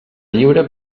lliure